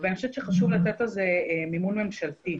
ואני חושב שחשוב לתת על זה מימון ממשלתי.